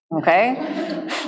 Okay